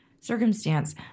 circumstance